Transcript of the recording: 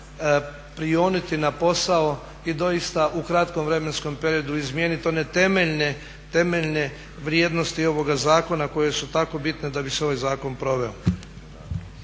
prioniti na posao i doista u kratkom vremenskom periodu izmijeniti one temeljne vrijednosti ovoga zakona koje su tako bitne da bi se ovaj zakon proveo.